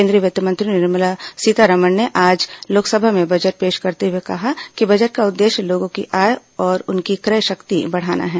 केंद्रीय वित्त मंत्री निर्मला सीतारमण ने आज लोकसभा में बजट पेश करते हुए कहा कि बजट का उद्देश्य लोगों की आय और उनकी क्रय शक्ति बढ़ाना है